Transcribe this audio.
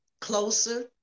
closer